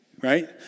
Right